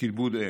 לכיבוד אם.